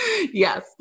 Yes